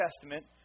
Testament